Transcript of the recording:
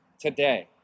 today